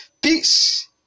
peace